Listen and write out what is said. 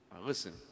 Listen